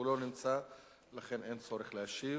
הוא לא נמצא ולכן אין צורך להשיב.